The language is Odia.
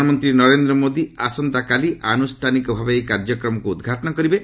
ପ୍ରଧାନମନ୍ତ୍ରୀ ନରେନ୍ଦ୍ର ମୋଦି ଆସନ୍ତାକାଲି ଆନୁଷ୍ଠାନିକ ଭାବେ ଏହି କାର୍ଯ୍ୟକ୍ରମକୁ ଉଦ୍ଘାଟନ କରିବେ